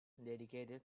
dedicated